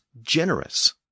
generous